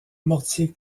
mortier